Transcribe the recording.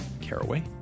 caraway